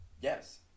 Yes